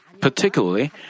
Particularly